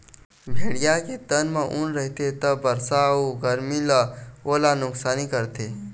भेड़िया के तन म ऊन रहिथे त बरसा अउ गरमी म ओला नुकसानी करथे